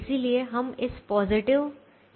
इसलिए हम इस पॉजिटिव में रुचि रखते हैं